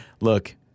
look